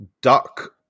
duck